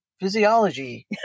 physiology